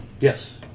Yes